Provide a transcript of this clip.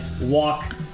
walk